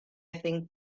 think